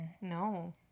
No